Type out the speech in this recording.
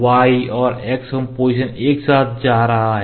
y और x home position एक साथ जा रहा है